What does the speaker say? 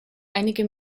einige